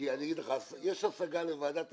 כי יש השגה לוועדת ערר.